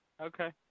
Okay